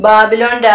Babylon